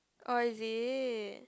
oh is it